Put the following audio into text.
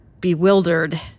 bewildered